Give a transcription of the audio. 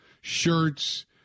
shirts